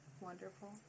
wonderful